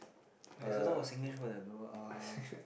!wah! there's a lot of Singlish words that I don't know uh